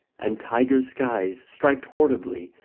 and tiger skies, striped horribly,